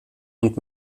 und